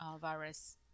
virus